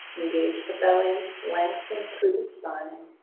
engaged to belling, lengthen through the spine.